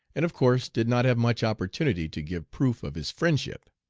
and of course did not have much opportunity to give proof of his friendship.